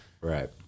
Right